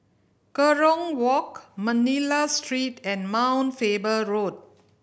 Kerong Walk Manila Street and Mount Faber Road